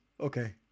Okay